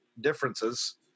differences